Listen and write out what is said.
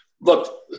look